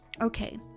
Okay